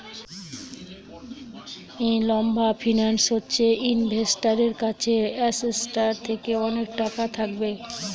লম্বা ফিন্যান্স হচ্ছে ইনভেস্টারের কাছে অ্যাসেটটার থেকে অনেক টাকা থাকবে